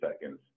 seconds